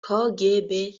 کاگب